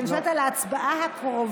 כי אני שואלת על ההצבעה הקרובה.